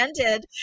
ended